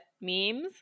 memes